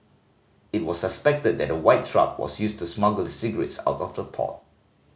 it was suspected that a white truck was used to smuggle the cigarettes out of the port